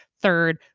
third